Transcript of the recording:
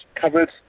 covered